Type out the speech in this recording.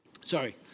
Sorry